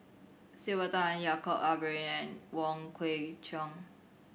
Sylvia Tan Yaacob Ibrahim and Wong Kwei Cheong